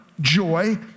joy